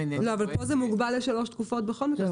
פה זה מוגבל לשלוש תקופות בכל מקרה.